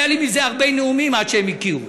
היה לי מזה הרבה נאומים עד שהם הכירו,